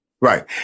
Right